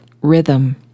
rhythm